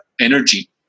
energy